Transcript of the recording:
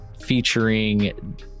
featuring